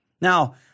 Now